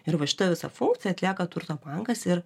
ir va šitą visą funkciją atlieka turto bankas ir